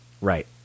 Right